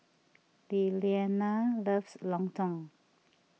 Lilianna loves Lontong